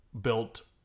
built